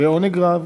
בעונג רב.